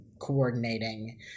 coordinating